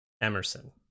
Emerson